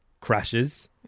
crashes